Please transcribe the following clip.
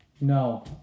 No